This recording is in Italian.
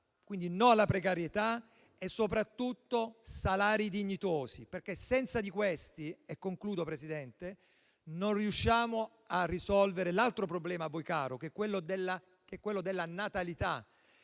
quindi no alla precarietà e soprattutto salari dignitosi, perché senza questi non riusciamo a risolvere l'altro problema a voi caro, che è quello della denatalità.